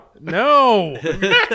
No